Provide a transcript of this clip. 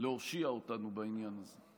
להושיע אותנו בעניין הזה,